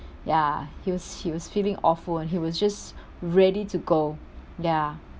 ya he was he was feeling awful and he was just ready to go ya